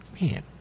man